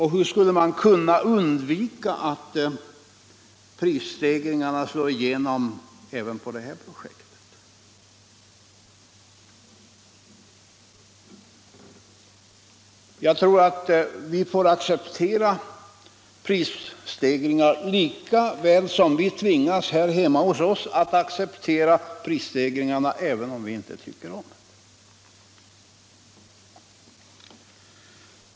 Hur skulle man kunna undvika att prisstegringarna slår igenom på det här projektet? Jag tror att vi får acceptera att så sker, lika väl som vi tvingas att acceptera prisstegringarna här hemma även om vi inte tycker om dem.